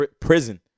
prison